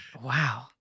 Wow